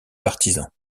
partisans